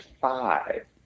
Five